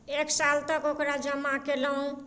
एक साल तक ओकरा जमा केलहुॅं